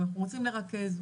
אנחנו רוצים לרכז,